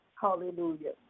Hallelujah